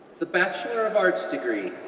the bachelor of arts degree,